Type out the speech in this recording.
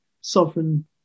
sovereign